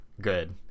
good